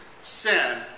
sin